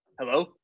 Hello